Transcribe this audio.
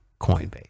Coinbase